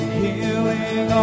healing